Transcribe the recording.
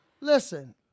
Listen